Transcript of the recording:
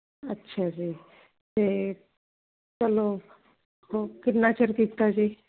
ਅੱਛਾ ਜੀ ਤੇ ਚਲੋ ਕਿੰਨਾ ਚਿਰ ਕੀਤਾ ਜੀ